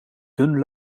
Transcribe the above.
dun